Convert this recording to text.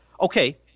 Okay